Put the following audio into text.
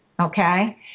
Okay